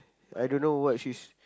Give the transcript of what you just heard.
I don't know what she's